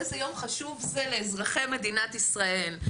איזה יום חשוב זה לאזרחי מדינת ישראל.